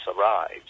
arrives